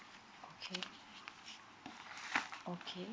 okay